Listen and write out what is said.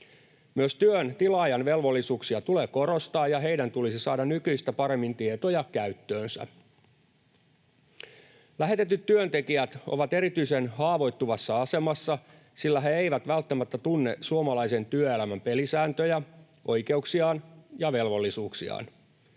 Myös työn tilaajien velvollisuuksia tulee korostaa, ja heidän tulisi saada nykyistä paremmin tietoja käyttöönsä. Lähetetyt työntekijät ovat erityisen haavoittuvassa asemassa, sillä he eivät välttämättä tunne suomalaisen työelämän pelisääntöjä, oikeuksiaan ja velvollisuuksiaan.